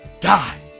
Die